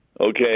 okay